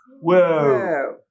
whoa